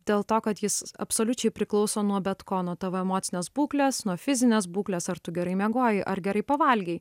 dėl to kad jis absoliučiai priklauso nuo bet ko nuo tavo emocinės būklės nuo fizinės būklės ar tu gerai miegojai ar gerai pavalgei